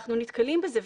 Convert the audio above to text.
אנחנו נתקלים בזה.